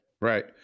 right